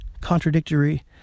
contradictory